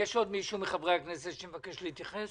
יש עוד מישהו מחברי הכנסת שמבקש להתייחס?